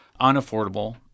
unaffordable